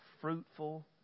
fruitful